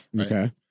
Okay